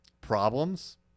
problems